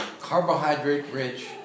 carbohydrate-rich